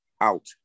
out